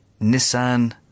Nissan